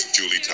Julie